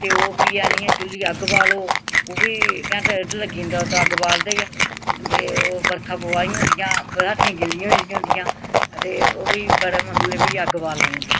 ते ओह् फ्ही आह्नियै चुल्ली अग्ग बाह्लो ओह् बी घैंटा डेढ लग्गी जंदा उत्थें अग्ग बालदे गै ते ओह् बरखा पोऐ दियां होंदियां बलाठियां गिल्लियां होई जंदियां आं ते ओह् बी बड़ा मुश्कलें फ्ही अग्ग बालनै पौंदी